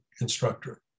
instructor